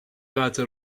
قطع